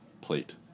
plate